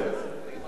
לאן ללכת?